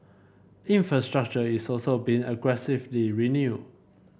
infrastructure is also being aggressively renewed